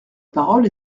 parole